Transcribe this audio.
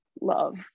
love